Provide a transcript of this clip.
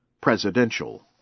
presidential